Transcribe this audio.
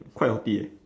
quite healthy eh